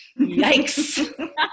yikes